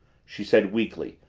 she said weakly,